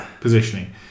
positioning